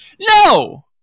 No